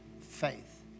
faith